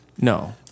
No